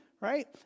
right